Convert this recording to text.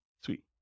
Sweet